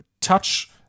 touch